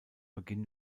beginn